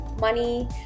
money